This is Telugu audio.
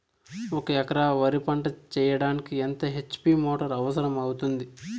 ఒక ఎకరా వరి పంట చెయ్యడానికి ఎంత హెచ్.పి మోటారు అవసరం అవుతుంది?